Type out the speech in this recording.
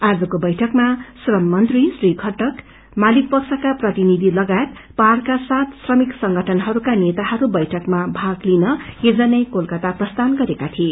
आजको बैठकमा श्रम मंत्री श्री घटक मालिक पक्षका प्रतिनिधि लागायत पहाड़का सात श्रमिक संगठनहरूका नेताहरू बैठकमा भाग लिन हिज नै कोलकाता प्रस्थान गरेका थिए